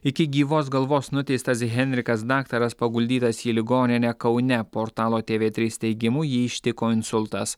iki gyvos galvos nuteistas henrikas daktaras paguldytas į ligoninę kaune portalo tv trys teigimu jį ištiko insultas